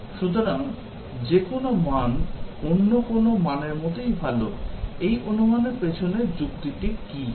সুতরাং যে কোনও মান অন্য কোনও মানের মতোই ভাল এই অনুমানের পিছনে যুক্তিটি কী